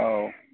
औ